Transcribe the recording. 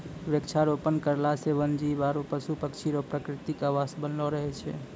वृक्षारोपण करला से वन जीब आरु पशु पक्षी रो प्रकृतिक आवास बनलो रहै छै